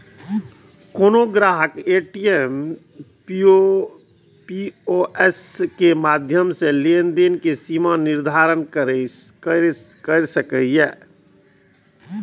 कोनो ग्राहक ATM, POS के माध्यम सं लेनदेन के सीमा निर्धारित कैर सकैए